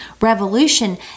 Revolution